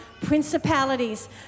principalities